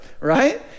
right